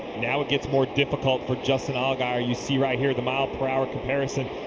now it gets more difficult for justin allgaier. you see right here the miles per hour comparison.